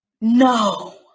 No